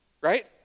Right